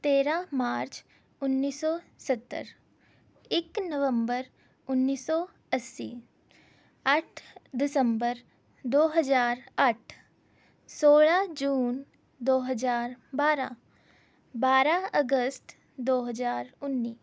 ਤੇਰਾਂ ਮਾਰਚ ਉੱਨੀ ਸੌ ਸੱਤਰ ਇੱਕ ਨਵੰਬਰ ਉੱਨੀ ਸੌ ਅੱਸੀ ਅੱਠ ਦਸੰਬਰ ਦੋ ਹਜ਼ਾਰ ਅੱਠ ਸੋਲ੍ਹਾਂ ਜੂਨ ਦੋ ਹਜ਼ਾਰ ਬਾਰਾਂ ਬਾਰਾਂ ਅਗਸਤ ਦੋ ਹਜ਼ਾਰ ਉੱਨੀ